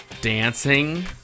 Dancing